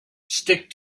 stick